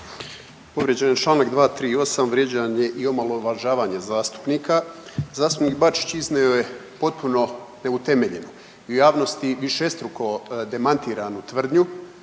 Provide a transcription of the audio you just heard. Povrijeđen je čl. 238. vrijeđanje i omalovažavanje zastupnika. Zastupnik Bačić iznio je potpuno neutemeljenu i u javnosti višestruko demantiranju tvrdnju